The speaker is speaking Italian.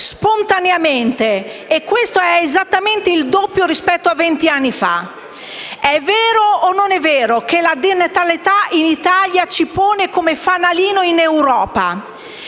spontaneamente e che questo dato è esattamente il doppio rispetto a quello di venti anni fa? É vero o non è vero che la denatalità in Italia ci vede come fanalino in Europa?